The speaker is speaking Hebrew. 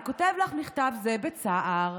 אני כותב לך מכתב זה בצער.